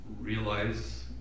realize